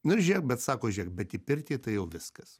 nu ir žiūrėk bet sako žiūrėk bet į pirtį tai jau viskas